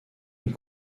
une